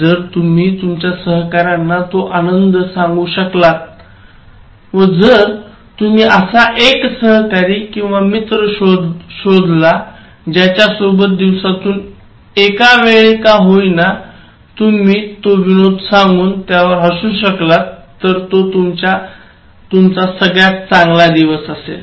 जर तुम्ही तुमच्या सहकाऱ्यांना तो विनोद सांगू शकलात व जर तुम्ही असा एक सहकारी किंवा मित्र शोधला ज्यांच्यासोबत दिवसातून एक वेळा का होईना तुम्ही तो विनोद सांगून त्यावर हासू शकलात तर तो तुमचा सगळ्यात चांगला दिवस असेल